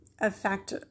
affect